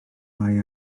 bai